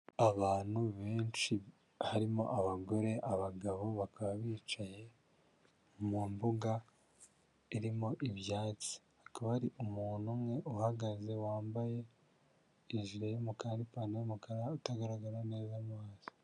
Abantu benshi harimo abagore, abagabo bakaba bicaye mu mbuga irimo ibyatsi, hakaba hari umuntu umwe uhagaze wambaye ijire y'umukara n'ipantaro y'umukara utagaragara neza mu maso.